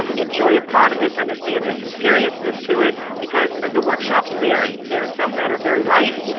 um enjoy a part of this, understand there's some seriousness to it, because the workshops vary. there are some that are very light,